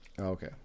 Okay